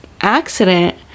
accident